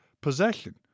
possession